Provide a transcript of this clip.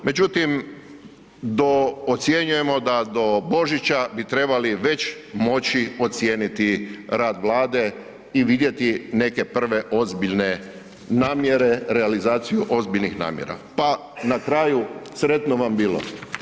Međutim, do, ocjenjujemo da do Božića bi trebali već moći ocijeniti rad vlade i vidjeti neke prve ozbiljne namjere, realizaciju ozbiljnih namjera, pa na kraju sretno vam bilo.